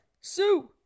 Sue